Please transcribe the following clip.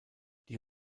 die